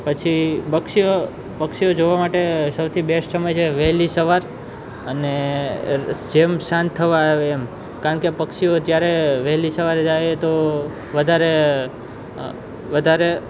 પછી પક્ષીઓ જોવા માટે સૌથી બેસ્ટ સમય છે વહેલી સવાર અને જેમ સાંજ થવા આવે એમ કારણ કે પક્ષીઓ ત્યારે વહેલી સવારે જાઈએ તો વધારે વધારે